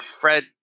Fred